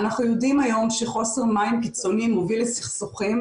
אנחנו יודעים היום שחוסר מים קיצוני מוביל לסכסוכים,